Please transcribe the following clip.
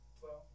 Twelve